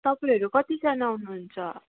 तपाईँहरू कतिजना आउनु हुन्छ